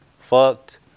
fucked